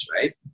right